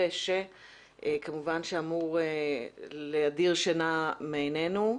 כמובן שאמור להדיר שינה מעינינו.